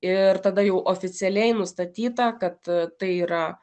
ir tada jau oficialiai nustatyta kad tai yra